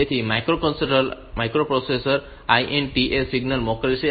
તેથી microprocessor INTA signal મોકલે છે